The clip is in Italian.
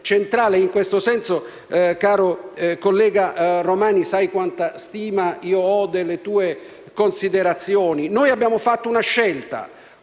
centrale. In questo senso, caro collega Romani, lei sa quanta stima io abbia delle sue considerazioni, ma noi abbiamo fatto una scelta: